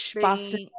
Boston